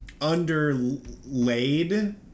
underlaid